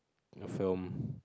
a film